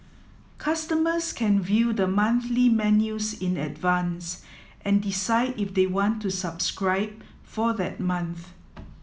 customers can view the monthly menus in advance and decide if they want to subscribe for that month